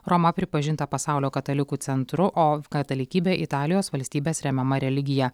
roma pripažinta pasaulio katalikų centru o katalikybė italijos valstybės remiama religija